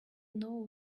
know